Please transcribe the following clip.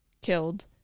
killed